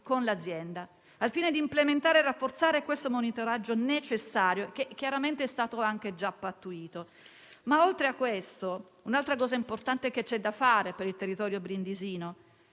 con l'azienda, al fine di implementare e rafforzare il monitoraggio necessario, che è stato già pattuito. Oltre a questo, un'altra cosa importante da fare per il territorio brindisino